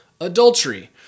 adultery